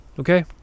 Okay